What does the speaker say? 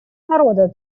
народа